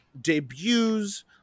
debuts